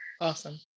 Awesome